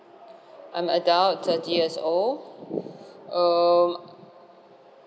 I'm adult thirty years old um